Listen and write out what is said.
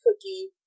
Cookie